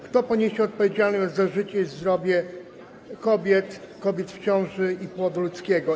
Kto poniesie odpowiedzialność za życie i zdrowie kobiet, kobiet w ciąży i płodu ludzkiego?